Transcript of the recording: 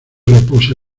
repuse